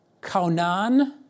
kaunan